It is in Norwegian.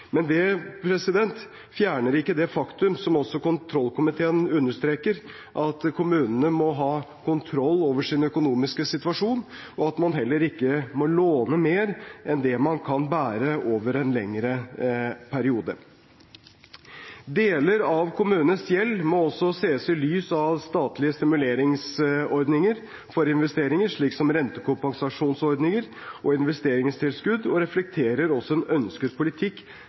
Men det fjerner ikke det faktum, som også kontrollkomiteen understreker, at kommunene må ha kontroll over sin økonomiske situasjon, og at man heller ikke må love mer enn det man kan bære over en lengre periode. Deler av kommunenes gjeld må også ses i lys av statlige stimuleringsordninger for investeringer, slik som rentekompensasjonsordninger og investeringstilskudd, og reflekterer også en ønsket politikk